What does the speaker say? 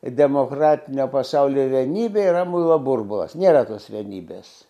demokratinio pasaulio vienybė yra muilo burbulas nėra tos vienybės